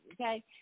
okay